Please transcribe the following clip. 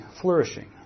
flourishing